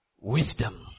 wisdom